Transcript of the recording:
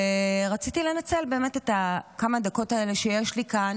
ורציתי לנצל באמת את כמה הדקות האלה שיש לי כאן